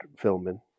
filming